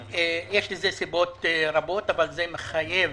יש לזה סיבות רבות, אך זה מחייב